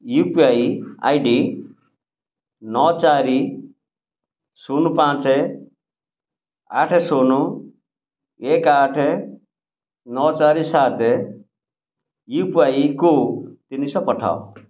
you P I ID ନଅ ଚାରି ଶୂନ ପାଞ୍ଚ ଆଠ ଶୂନ ଏକେ ଆଠ ନଅ ଚାରି ସାତ ୟୁପିଆଇକୁ ତିନିଶହ ପଠାଅ